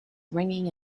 ringing